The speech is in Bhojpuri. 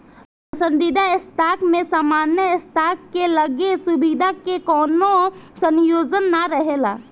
पसंदीदा स्टॉक में सामान्य स्टॉक के लगे सुविधा के कवनो संयोजन ना रहेला